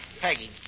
Peggy